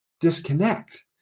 disconnect